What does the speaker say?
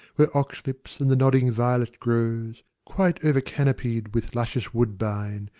where oxlips and the nodding violet grows, quite over-canopied with luscious woodbine,